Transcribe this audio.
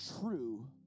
true